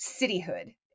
cityhood